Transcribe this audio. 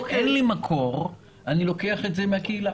באין מקור אני לוקח את זה מן הקהילה.